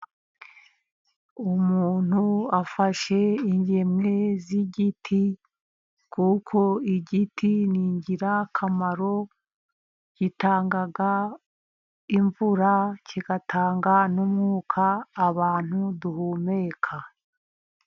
Umuntu afashe ingemwe z'igiti , kuko igiti n'ingirakamaro gitanga imvura , kigatanga n'umwuka abantu duhumeka.